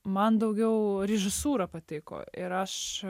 man daugiau režisūra patiko ir aš